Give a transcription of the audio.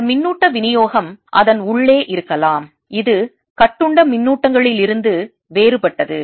இந்த மின்னூட்ட விநியோகம் அதன் உள்ளே இருக்கலாம் இது கட்டுண்ட மின்னூட்டங்களிலிருந்து வேறுபட்டது